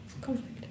conflict